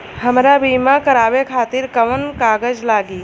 हमरा बीमा करावे खातिर कोवन कागज लागी?